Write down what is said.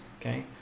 okay